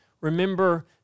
Remember